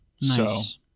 Nice